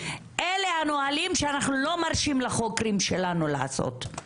אלה הנהלים שאנחנו לא מרשים לחוקרים שלנו לעשות,